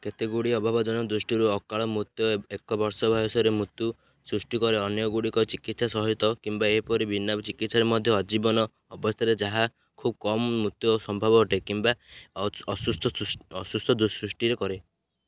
କେତେକ ଅଭାବଜନିତ ତ୍ରୁଟି ଅକାଳ ମୃତ୍ୟୁ ଏକ ବର୍ଷ ବୟସ ପୂର୍ବରୁ ସୃଷ୍ଟି କରେ ଅନ୍ୟଗୁଡ଼ିକ ଚିକିତ୍ସା ସହିତ କିମ୍ବା ଏପରିକି ବିନା ଚିକିତ୍ସାରେ ମଧ୍ୟ ଆଜୀବନ ଅବସ୍ଥା ଅଟେ ଯାହା ଖୁବ୍ କମ୍ ମୃତ୍ୟୁ ସମ୍ଭାବନା କିମ୍ବା ଅସୁସ୍ଥତା ସୃଷ୍ଟି କରେ